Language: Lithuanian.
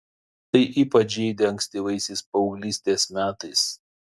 tai ypač žeidė ankstyvaisiais paauglystės metais